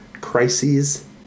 crises